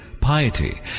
piety